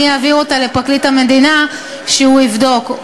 אני אעביר אותה לפרקליט המדינה כדי שהוא יבדוק.